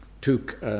took